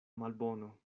malbono